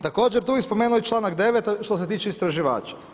Također tu bi spomenuo i članak 9. što se tiče istraživača.